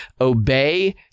Obey